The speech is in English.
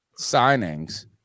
signings